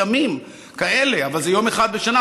אבל זה יום אחד בשנה,